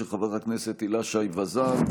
של חברת הכנסת הילה שי וזאן,